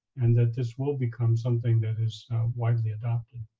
and that this will become something that is widely adopted.